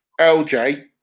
LJ